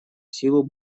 силу